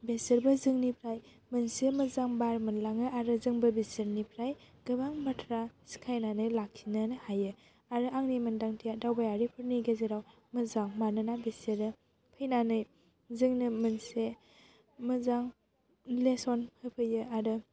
बेसोरबो जोंनिफ्राय मोनसे मोजां बार मोनलाङो आरो जोंबो बिसोरनिफ्राय गोबां बाथ्रा सिखायनानै लाखिनो हायो आरो आंनि मोनदांथिया दावबायारिफोरनि गेजेराव मोजां मानोना बिसोरो फैनानै जोंनो मोनसे मोजां लेसन होफैयो आरो